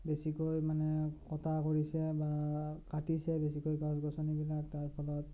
বেছিকৈ মানে কটা কৰিছে বা কাটিছে বেছিকৈ গছ গছনিবিলাক তাৰ ফলত